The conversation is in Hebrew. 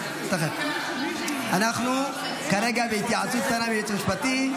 אנחנו כרגע בהתייעצות קטנה מהייעוץ המשפטי.